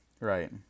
Right